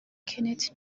kenneth